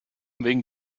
wegen